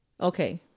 Okay